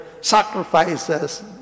sacrifices